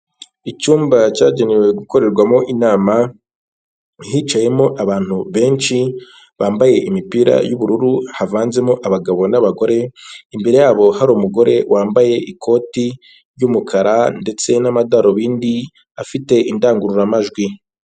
Icyumba cyagenewe gukorerwamo inama, hicayemo abantu benshi bambaye imipira y'ubururu, havanzemo abagabo n'abagore, imbere yabo hari umugore wambaye ikoti ry'umukara ndetse n'amadarubindi afite indangururamajwi.